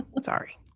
sorry